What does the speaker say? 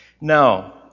Now